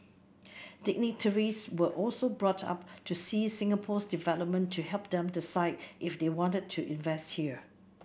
dignitaries were also brought up to see Singapore's development to help them decide if they wanted to invest here